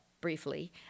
briefly